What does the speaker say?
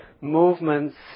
movements